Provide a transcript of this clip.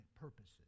purposes